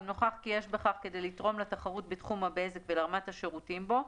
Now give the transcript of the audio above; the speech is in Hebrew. אם נוכח כי יש בכך כדי לתרום לתחרות בתחום הבזק ולרמת השירותים בו,